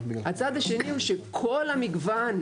הצד השני הוא שכל המגוון,